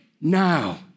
now